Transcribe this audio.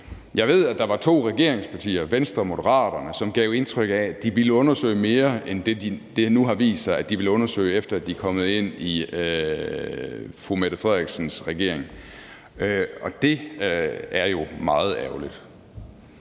Jeg ved, at der var to regeringspartier, Venstre og Moderaterne, som gav indtryk af, at de ville undersøge mere end det, som det nu har vist sig de vil undersøge, efter de er kommet ind i fru Mette Frederiksens regering, og det er jo meget ærgerligt.